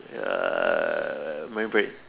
err Marine Parade